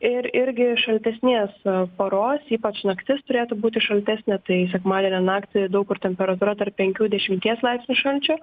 ir irgi šaltesnės paros ypač naktis turėtų būti šaltesnė tai sekmadienio naktį daug kur temperatūra tarp penkių dešimties laipsnių šalčio